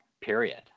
period